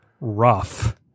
rough